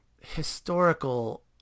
historical